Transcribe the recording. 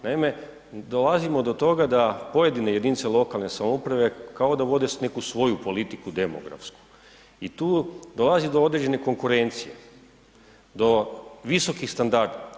Naime, dolazimo do toga da pojedine jedinice lokalne samouprave kao da vode neku svoju politiku demografsku i tu dolazi do određene konkurencije, do visokih standarda.